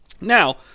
Now